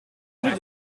tenu